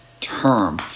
term